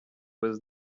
was